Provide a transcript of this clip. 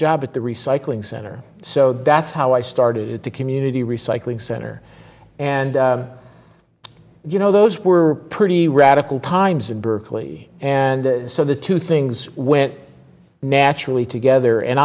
job at the recycling center so that's how i started the community recycling center and you know those were pretty radical times in berkeley and so the two things went naturally together and